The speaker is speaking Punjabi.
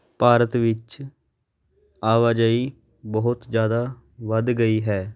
ਭਾਰਤ ਵਿੱਚ ਆਵਾਜਾਈ ਬਹੁਤ ਜ਼ਿਆਦਾ ਵੱਧ ਗਈ ਹੈ